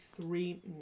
three